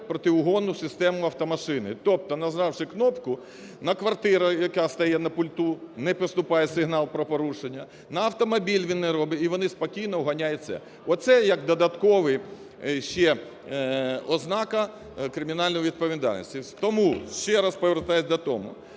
протиугонну систему автомашини. Тобто, нажавши кнопку на квартиру, яка стоїть на пульту, – не поступає сигнал про порушення, на автомобіль – він не робить. І вони спокійно угоняють це. Оце як додаткова ще ознака кримінальної відповідальності. Тому ще раз повертаюсь до того,